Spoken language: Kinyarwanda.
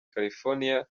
california